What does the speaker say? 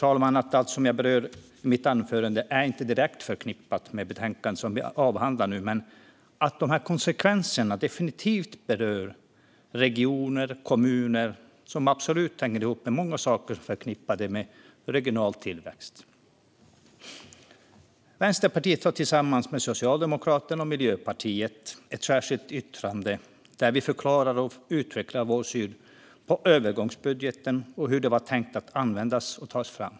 Jag vet att allt som jag berör i mitt anförande inte är direkt förknippat med betänkandet som vi avhandlar nu, men dessa konsekvenser berör definitivt regioner och kommuner. Konsekvenserna hänger absolut ihop med många saker som är förknippade med regional tillväxt. Vänsterpartiet har tillsammans med Socialdemokraterna och Miljöpartiet ett särskilt yttrande där vi förklarar och utvecklar vår syn på övergångsbudgeten och hur den var tänkt att användas och tas fram.